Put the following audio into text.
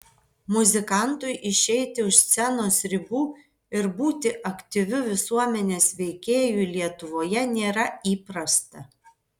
muzikantui išeiti už scenos ribų ir būti aktyviu visuomenės veikėju lietuvoje nėra įprasta